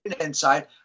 inside